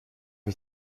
ich